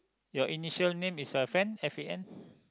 your initial name is a fan F A N